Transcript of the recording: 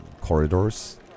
corridors